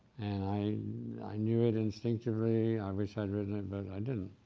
i i knew it instinctively, i wished i'd written it, but i didn't.